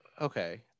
okay